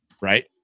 right